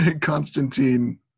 Constantine